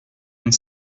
une